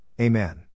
Amen